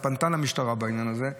היא פנתה למשטרה בעניין הזה.